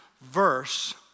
verse